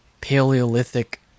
paleolithic